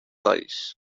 dolls